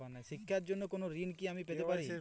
শিক্ষার জন্য কোনো ঋণ কি আমি পেতে পারি?